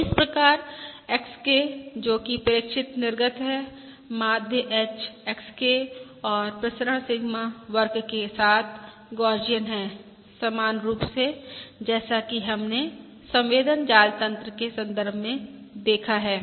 तो इस प्रकार YK जो कि प्रेक्षित निर्गत है माध्य H XK और प्रसरण सिग्मा वर्ग के साथ गौसियन है समान रूप से जैसा कि हमने संवेदन जाल तन्त्र के संदर्भ में देखा है